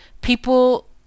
People